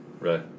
Right